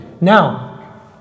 Now